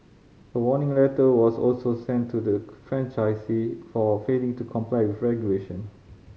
a warning letter was also sent to the franchisee for failing to comply with regulation